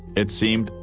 it seemed,